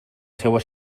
seua